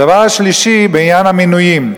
הדבר השלישי, בעניין המינויים.